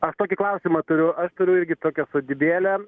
aš tokį klausimą turiu aš turiu irgi tokią sodybėlę